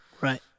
Right